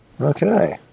Okay